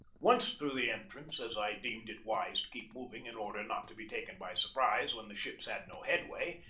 once through the entrance, as i deemed it wise to keep moving in order not to be taken by surprise when the ships had no headway,